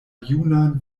junan